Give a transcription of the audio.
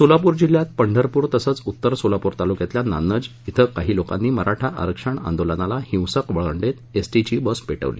सोलापूर जिल्ह्यात पंढरपूर तसंच उत्तर सोलापूर तालुक्यातल्या नान्नज इथं काही लोकांनी मराठा आरक्षण आंदोलनाला हिंसक वळण देत एसटीची बस पेटवली